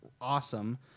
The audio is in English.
awesome